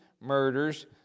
murders